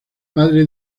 padre